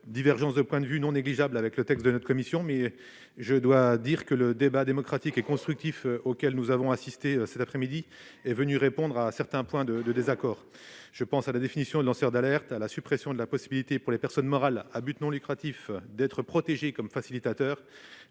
divergences de point de vue non négligeables avec la version adoptée par la commission, mais il faut reconnaître que le débat démocratique et constructif auquel nous avons assisté cet après-midi est venu résoudre certains points de désaccord. Ces divergences portaient sur la définition des lanceurs d'alerte, la suppression de la possibilité pour les personnes morales à but non lucratif d'être protégées comme facilitateurs,